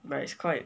but it's quite